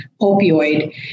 opioid